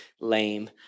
lame